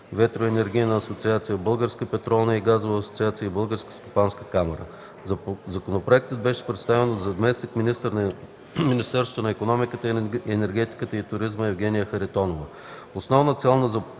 ветроенергийна асоциация, Българска петролна и газова асоциация и Българска стопанска камара. Законопроектът беше представен от заместник-министъра на Министерството на икономиката, енергетиката и туризма – Евгения Харитонова.